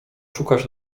szukać